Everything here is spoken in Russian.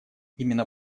именно